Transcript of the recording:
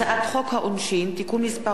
הצעת חוק העונשין (תיקון מס'